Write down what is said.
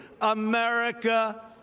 America